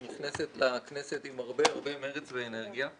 את נכנסת לכנסת עם הרבה מרץ ואנרגיה.